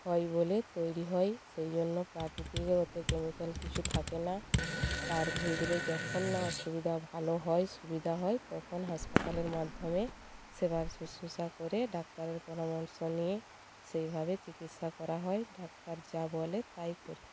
হয় বলে তৈরি হয় সেই জন্য প্রাকৃতিকে অত কেমিক্যাল কিছু থাকে না তার ভিতরে যখন না অসুবিধা ভালো হয় সুবিধা হয় তখন হাসপাতালের মাধ্যমে সেবা শুশ্রূষা করে ডাক্তারের পরামর্শ নিয়ে সেইভাবে চিকিৎসা করা হয় ডাক্তার যা বলে তাই করি